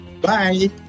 Bye